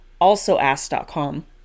alsoask.com